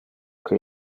que